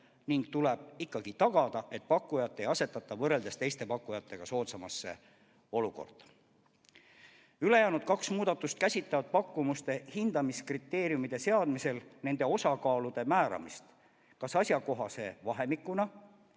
ning tuleb ikkagi tagada, et pakkujat ei asetata võrreldes teiste pakkujatega soodsamasse olukorda. Ülejäänud kaks muudatust käsitlevad pakkumuste hindamiskriteeriumite seadmisel nende osakaalude määramist kas asjakohase vahemikuna